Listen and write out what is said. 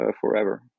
forever